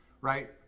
Right